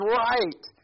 right